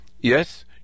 yes